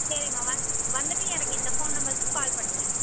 சரிமா வந் வந்துட்டு எனக்கு இந்த ஃபோன் நம்பருக்கு கால் பண்ணுங்க